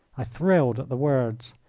i thrilled at the words.